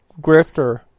grifter